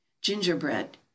Gingerbread